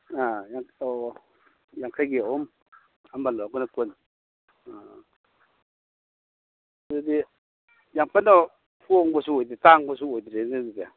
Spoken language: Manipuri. ꯑ ꯑꯣ ꯌꯥꯡꯈꯩꯒꯤ ꯑꯍꯨꯝ ꯑꯃ ꯂꯧꯔꯒꯅ ꯀꯨꯟ ꯑ ꯑꯗꯨꯗꯤ ꯌꯥꯝ ꯀꯟꯅ ꯍꯣꯡꯕꯁꯨ ꯑꯣꯏꯗꯦ ꯇꯥꯡꯕꯁꯨ ꯑꯣꯏꯗ꯭ꯔꯦꯅꯦ ꯑꯗꯨꯗꯤ